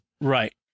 Right